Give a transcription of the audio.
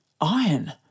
Iron